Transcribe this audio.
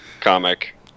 comic